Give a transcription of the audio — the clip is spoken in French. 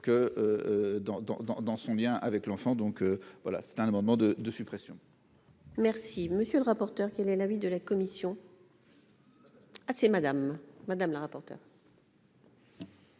dans son bien avec l'enfant, donc voilà c'est un amendement de de suppression. Merci, monsieur le rapporteur, quel est l'avis de la commission. C'est. Ah, c'est Madame Madame, la rapporteure.